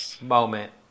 moment